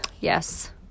yes